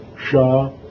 Shah